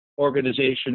organization